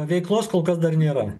veiklos kol kas dar nėra